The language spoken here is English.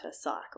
cycle